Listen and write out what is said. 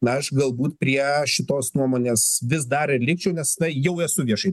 na aš galbūt prie šitos nuomonės vis dar ir likčiau nes tai jau esu viešai